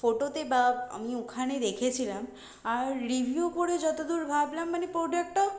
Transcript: ফোটোতে বা আমি ওখানে দেখেছিলাম আর রিভিউ পড়ে যতো দূর ভাবলাম মানে প্রোডাক্টটা